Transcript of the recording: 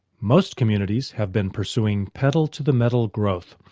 most communities have been pursuing pedal to the metal growth,